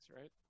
right